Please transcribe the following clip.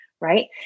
right